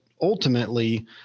ultimately